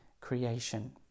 creation